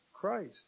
Christ